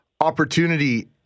opportunity